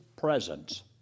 Presence